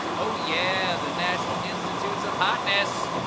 oooh, yeah the national institutes of hotness.